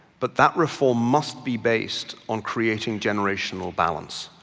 but that reform must be based on creating generational balance.